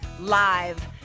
Live